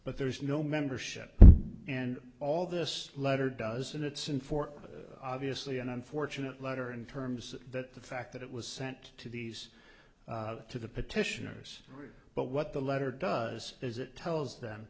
but there is no membership and all this letter does and it's in for obviously an unfortunate letter in terms that the fact that it was sent to these to the petitioners but what the letter does is it tells them